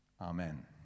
Amen